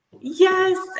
Yes